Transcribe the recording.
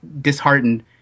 disheartened